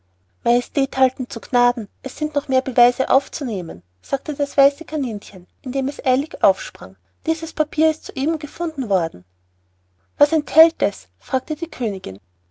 majestät halten zu gnaden es sind noch mehr beweise aufzunehmen sagte das weiße kaninchen indem es eilig aufsprang dieses papier ist soeben gefunden worden was enthält es fragte die königin